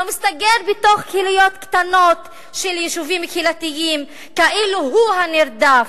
לא מסתגר בתוך קהילות קטנות של יישובים קהילתיים כאילו הוא הנרדף.